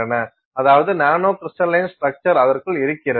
அதாவது nano crystalline structure அதற்குள் இருக்கிறது